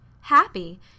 Happy